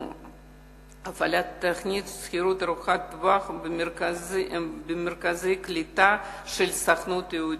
הפעלת תוכנית "שכירות ארוכת טווח" במרכזי הקליטה של הסוכנות היהודית.